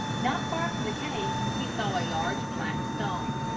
not far from the cave he saw a large flat stone.